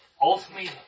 ultimately